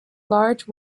large